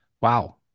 Wow